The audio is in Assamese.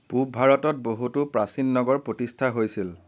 পূব ভাৰতত বহুতো প্ৰাচীন নগৰ প্ৰতিষ্ঠা হৈছিল